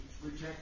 Reject